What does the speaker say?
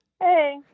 Hey